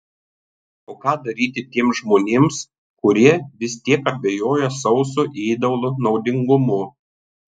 o ką daryti tiems žmonėms kurie vis tiek abejoja sauso ėdalo naudingumu